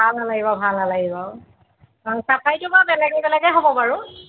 ভাল নালাগিব ভাল নালাগিব চাফাৰীটো বাৰু বেলেগে বেলেগে হ'ব বাৰু